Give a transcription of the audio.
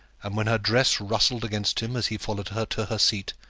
and when her dress rustled against him as he followed her to her seat,